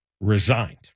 resigned